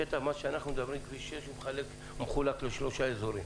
הקטע שאנחנו מדברים כביש 6 מחולק לשלושה אזורים.